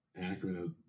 accurate